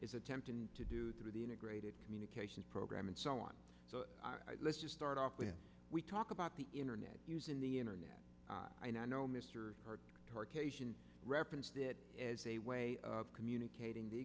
is attempting to do through the integrated communications program and so on so let's just start off when we talk about the internet using the internet i know mister referenced it as a way of communicating the